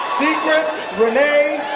secret renee